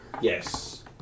Yes